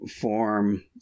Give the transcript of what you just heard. form